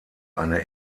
eine